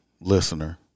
listener